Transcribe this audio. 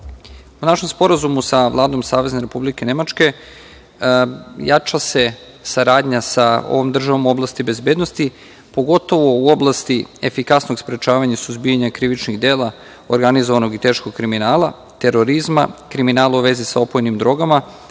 našem sporazumu sa Vladom Savezne Republike Nemačke jača se saradnja sa ovom državom u oblasti bezbednosti, pogotovo u oblasti efikasnog sprečavanja i suzbijanja krivičnih dela, organizovanog i teškog kriminala, terorizma, kriminala u vezi sa opojnim drogama,